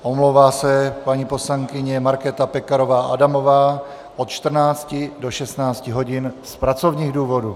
Omlouvá se paní poslankyně Markéta Pekarová Adamová od 14 do 16 hodin z pracovních důvodů.